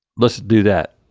let's do that.